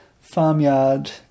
farmyard